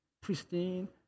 pristine